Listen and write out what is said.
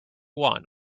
one